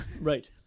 Right